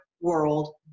world